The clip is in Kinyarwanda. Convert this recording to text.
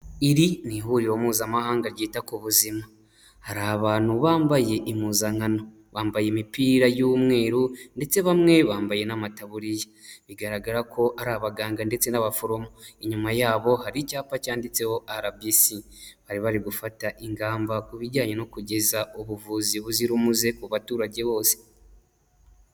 Iri ni ihuriro mpuzamahanga ryita ku buzima hari abantu bambaye impuzankano bambaye imipira y'umweru ndetse bamwe bambaye n'amataburiya bigaragara ko ari abaganga ndetse n'abaforomo inyuma yabo hari icyapa cyanditseho arabisi bari bari gufata ingamba ku bijyanye no kugeza ubuvuzi buzira umuze ku baturage bose.